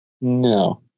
No